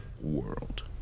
world